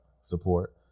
support